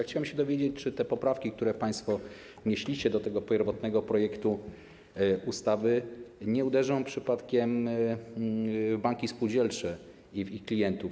Chciałem się dowiedzieć, czy poprawki, które państwo wnieśliście do tego pierwotnego projektu ustawy, nie uderzą przypadkiem w banki spółdzielcze i w ich klientów.